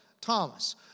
Thomas